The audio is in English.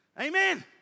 Amen